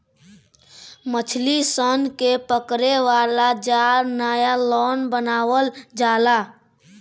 मछली सन के पकड़े वाला जाल नायलॉन बनावल जाला